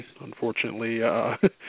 unfortunately